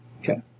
Okay